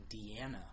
Deanna